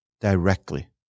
directly